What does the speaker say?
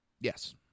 Yes